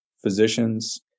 physicians